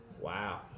Wow